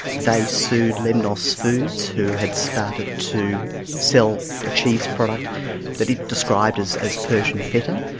they sued lemnos foods who had started to sell a cheese product that it described as as persian feta,